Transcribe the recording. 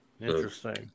interesting